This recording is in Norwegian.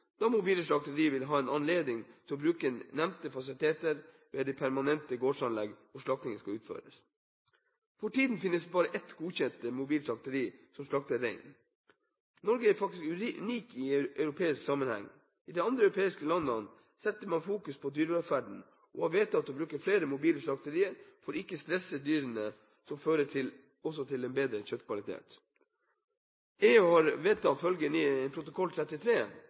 da mobile slakterier vil ha anledning til å bruke nevnte fasiliteter ved de permanente gårdsanlegg hvor slaktingen skal utføres. For tiden finnes det bare ett godkjent mobilt slakteri som slakter rein. Norge er faktisk unik i europeisk sammenheng. I de andre europeiske land setter man fokus på dyrevelferden og har vedtatt å bruke flere mobile slakterier for ikke å stresse dyrene, noe som også fører til en bedre kjøttkvalitet. EU har vedtatt følgende i protokoll 33: